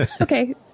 Okay